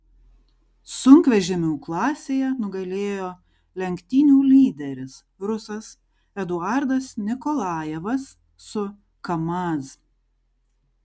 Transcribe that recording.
sunkvežimių klasėje nugalėjo lenktynių lyderis rusas eduardas nikolajevas su kamaz